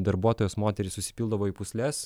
darbuotojos moterys susipildavo į pūsles